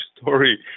story